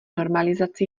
normalizaci